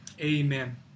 Amen